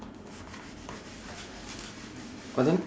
what thing